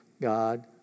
God